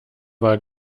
war